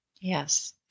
Yes